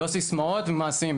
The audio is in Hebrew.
לא סיסמאות, מעשים.